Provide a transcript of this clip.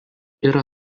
yra